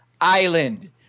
island